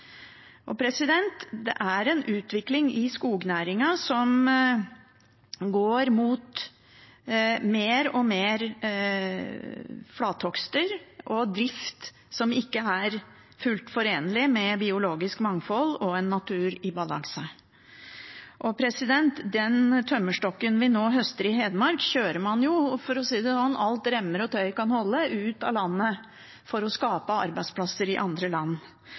Det er en utvikling i skognæringen som går mot mer og mer flatehogst og drift som ikke er fullt ut forenlig med biologisk mangfold og en natur i balanse. Den tømmerstokken vi nå høster i Hedmark, kjører man jo – for å si det sånn – alt hva remmer og tøy kan holde, ut av landet for å skape arbeidsplasser i andre land.